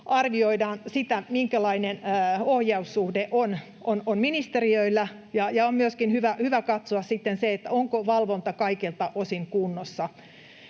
arvioidaan sitä, minkälainen ohjaussuhde on ministeriöillä. On myöskin hyvä katsoa sitten se, onko valvonta kaikilta osin kunnossa.